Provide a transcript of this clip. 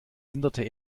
änderte